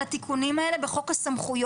על התיקונים האלה בחוק הסמכויות.